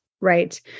Right